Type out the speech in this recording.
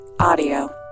Audio